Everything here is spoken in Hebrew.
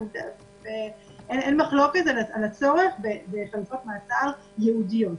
אין מחלוקת על הצורך בחלופות מעצר ייעודיות.